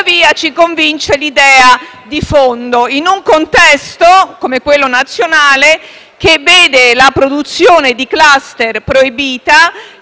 Tuttavia, ci convince l'idea di fondo in un contesto come quello nazionale che vede la produzione di *cluster* proibita.